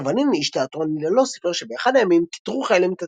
משה ואלין איש תיאטרון לי-לה-לו סיפר שבאחד הימים כיתרו חיילים את